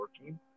working